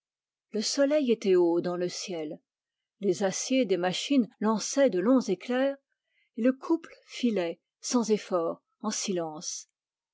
le soleil était haut dans le ciel les aciers des machines lançaient de longs éclairs et le couple filait sans effort en silence